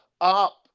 up